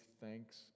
thanks